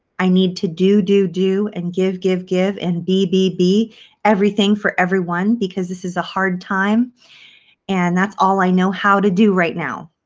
i need to do, do, do and give, give, give and be, be, be everything for everyone because this is a hard time and that's all i know how to do right now.